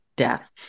death